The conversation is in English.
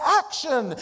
action